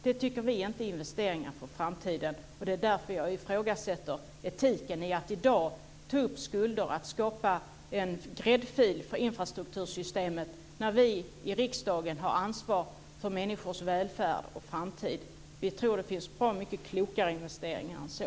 Det tycker inte vi är investeringar för framtiden. Och det är därför jag ifrågasätter etiken i att i dag ta upp skulder och skapa en gräddfil för infrastruktursystemet när vi i riksdagen har ansvar för människors välfärd och framtid. Vi tror att det finns bra mycket klokare investeringar än så.